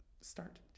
start